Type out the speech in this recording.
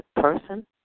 person